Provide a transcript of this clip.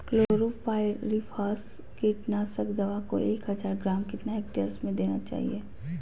Chlorpyrifos कीटनाशक दवा को एक हज़ार ग्राम कितना हेक्टेयर में देना चाहिए?